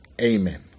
Amen